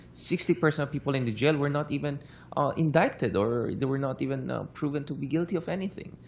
sixty percent people in the jail were not even indicted or they were not even proven to be guilty of anything.